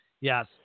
yes